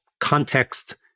context